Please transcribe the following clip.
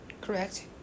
Correct